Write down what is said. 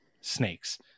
snakes